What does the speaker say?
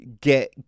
Get